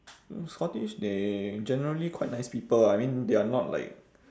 scottish they generally quite nice people ah I mean they are not like